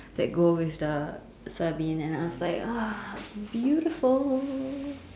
that go with the serving and I was like !ah! beautiful